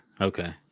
Okay